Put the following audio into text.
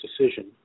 decision